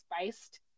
spiced